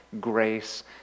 grace